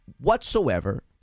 whatsoever